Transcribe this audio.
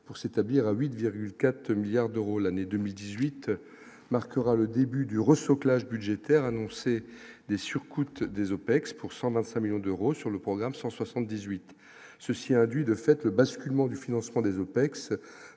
pour s'établir à 8,4 milliards d'euros l'année 2018 marquera le début du Reso clash budgétaire annoncées des surcoûts des OPEX, pour 125 millions d'euros sur le programme 178 ceci a induit de fait, le basculement du financement des OPEX,